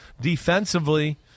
Defensively